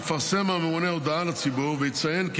יפרסם הממונה הודעה לציבור ויציין כי